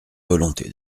volonté